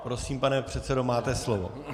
Prosím, pane předsedo, máte slovo.